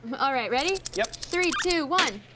alright, ready? yup. three, two, one.